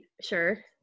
sure